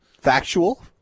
Factual